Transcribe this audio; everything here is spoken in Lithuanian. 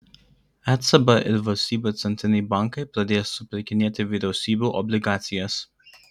ecb ir valstybių centriniai bankai pradės supirkinėti vyriausybių obligacijas